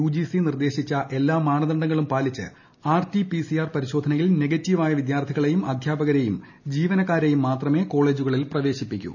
UGC നിർദ്ദേശിച്ചിട്ടുള്ള എല്ലാ മാനദണ്ഡങ്ങളും പാലിച്ച് R T P C R പരിശോധനയിൽ നെഗറ്റീവായ വിദ്യാർഥികളെയും അധ്യാപകരെയും ജീവനക്കാരെയും മാത്രമേ കോളേജുകളിൽ പ്രവേശിപ്പിക്കൂ